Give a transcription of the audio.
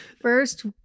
First